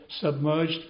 submerged